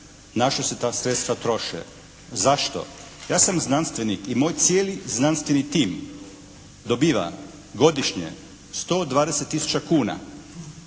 Na što se ta sredstva troše? Zašto? Ja sam znanstvenik i moj cijeli znanstveni tim dobiva godišnje 120 tisuća kuna.